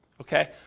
Okay